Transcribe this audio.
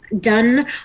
done